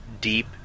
deep